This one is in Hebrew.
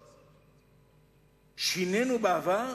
שבבסיסו שינינו בעבר,